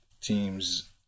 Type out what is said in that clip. teams